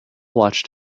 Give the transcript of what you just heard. watched